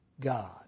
God